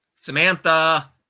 Samantha